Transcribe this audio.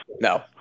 No